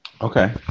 Okay